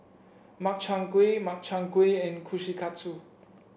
Makchang Gui Makchang Gui and Kushikatsu